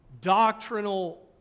doctrinal